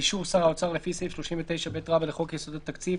באישור שר האוצר לפי סעיף 39ב לחוק יסודות התקציב,